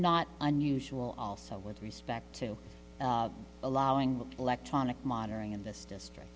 not unusual also with respect to allowing electronic monitoring in this district